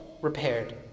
repaired